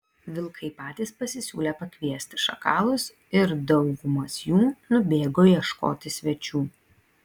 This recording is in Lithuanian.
vilkai patys pasisiūlė pakviesti šakalus ir daugumas jų nubėgo ieškoti svečių